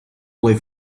play